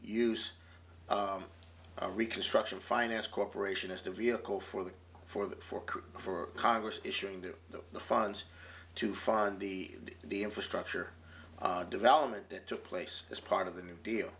use reconstruction finance corporation as the vehicle for the for the fork for congress issuing do the funds to fund the infrastructure development that took place as part of the new deal